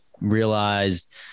realized